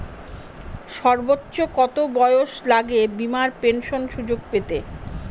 সর্বোচ্চ কত বয়স লাগে বীমার পেনশন সুযোগ পেতে?